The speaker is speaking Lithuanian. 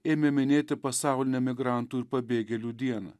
ėmė minėti pasaulinę migrantų ir pabėgėlių dieną